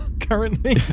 currently